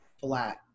flat